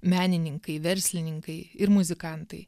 menininkai verslininkai ir muzikantai